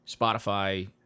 Spotify